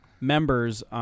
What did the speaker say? members